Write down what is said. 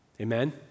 Amen